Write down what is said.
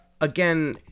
Again